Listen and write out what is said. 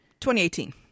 2018